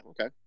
okay